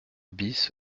bis